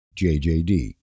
JJD